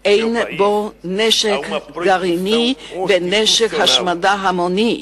אין נשק גרעיני ונשק להשמדה המונית.